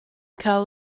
cael